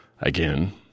again